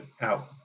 out